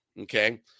okay